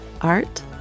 art